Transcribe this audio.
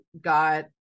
Got